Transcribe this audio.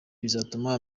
bizatuma